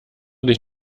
dich